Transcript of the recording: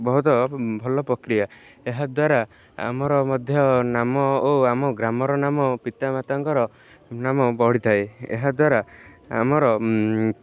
ବହୁତ ଭଲ ପ୍ରକ୍ରିୟା ଏହାଦ୍ୱାରା ଆମର ମଧ୍ୟ ନାମ ଓ ଆମ ଗ୍ରାମର ନାମ ପିତାମାତାଙ୍କର ନାମ ବଢ଼ିଥାଏ ଏହାଦ୍ୱାରା ଆମର